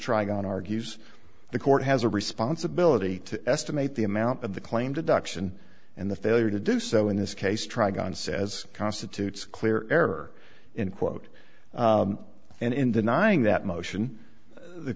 try going argues the court has a responsibility to estimate the amount of the claimed adoption and the failure to do so in this case try going says constitutes clear error in quote and in denying that motion the